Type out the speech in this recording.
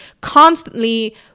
constantly